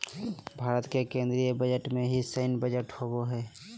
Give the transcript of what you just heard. भारत के केन्द्रीय बजट में ही सैन्य बजट होबो हइ